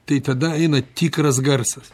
tai tada eina tikras garsas